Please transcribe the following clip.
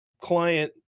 client